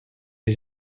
les